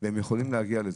והם יכולים להגיע לזה.